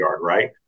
right